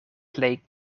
plej